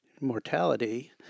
mortality